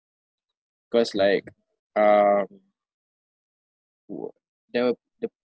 cause like um the the